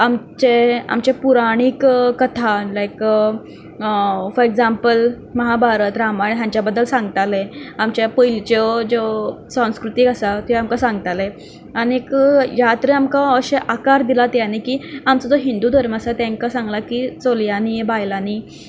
आमचे आमचे पुराणीक कथा लायक फॉ एग्जांपल महाभारत रामायण हांच्या बद्दल सांगताले आमचे पयलींच्यो ज्यो संस्कृतीक आसा तें आमकां सांगताले आनीक ह्या तरे आमकां अशे आकार दिला त्यांनी की आमचो जो हिंदू धर्म आसा तांकां सांगलां की चलयांनी बायलांनी